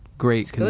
great